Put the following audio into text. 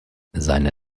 seine